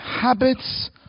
habits